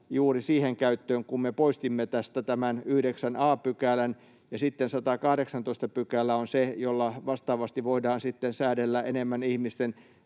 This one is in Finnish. juuri siihen käyttöön, kun me poistimme tästä tämän 9 a §:n, ja sitten 118 § on se, jolla vastaavasti voidaan sitten säädellä enemmän ihmisten